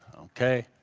okay.